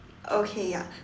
okay ya